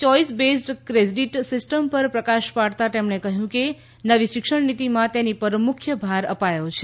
યોઇસ based credit system પર પ્રકાશ પાડતાં તેમને કહ્યું કે નવી શિક્ષણ નીતિમાં તેની પર મુખ્ય ભાર અપાયો છે